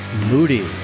Moody